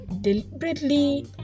deliberately